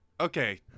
okay